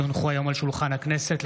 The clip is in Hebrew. כי הונחו היום על שולחן הכנסת,